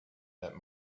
that